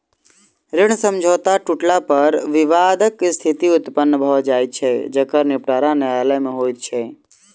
ऋण समझौता टुटला पर विवादक स्थिति उत्पन्न भ जाइत छै जकर निबटारा न्यायालय मे होइत छै